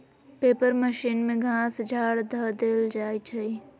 paper machine में घास झाड़ ध देल जाइ छइ